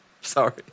Sorry